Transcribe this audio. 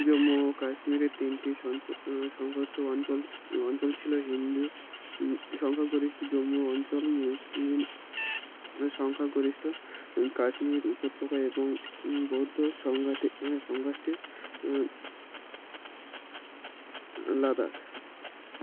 জম্মু ও কাশ্মীরের তিনটি্ সংযুক্ত অঞ্চল অঞ্চল ছিল হিন্দু সংখ্যাগরিঠ জম্মু অঞ্চল মুসলিম সংখ্যাগরিষ্ঠ কাশ্মীর উপত্যকা এবং বৌদ্ধ সং সংগোষ্ঠীর লাদাখ